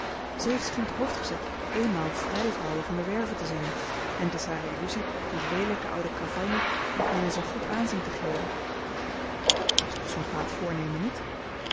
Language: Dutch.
zij heeft zich in t hoofd gezet eenmaal vrijvrouwe van de werve te zijn en t is hare illusie die leelijke oude cavalje nog weer eens een goed aanzien te geven dat's toch zoo'n kwaad voornemen niet